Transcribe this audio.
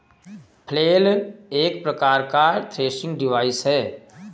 flail एक प्रकार का थ्रेसिंग डिवाइस है